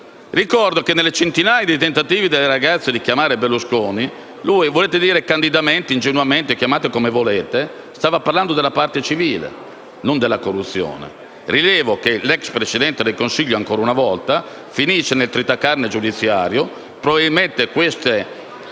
Ricordo che, nelle centinaia di tentativi delle ragazze di chiamare Berlusconi, egli - volete dire candidamente, ingenuamente - stava parlando del procedimento civile, non di quello sulla corruzione. Rilevo che l'ex Presidente del Consiglio ancora una volta finisce nel tritacarne giudiziario e probabilmente questa